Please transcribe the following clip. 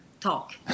Talk